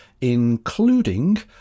including